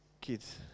Kids